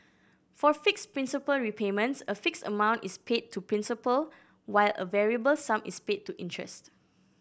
for fixed principal repayments a fixed amount is paid to principal while a variable sum is paid to interest